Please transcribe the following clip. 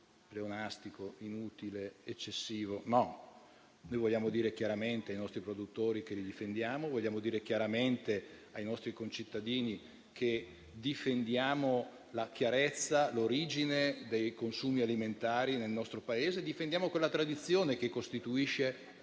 pleonastico, inutile o eccesivo. Non è vero. Noi vogliamo dire chiaramente ai nostri produttori che li difendiamo e vogliamo dire chiaramente ai nostri concittadini che difendiamo la chiarezza e l'origine dei consumi alimentari nel nostro Paese, difendiamo quella tradizione che permette